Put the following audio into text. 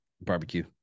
Barbecue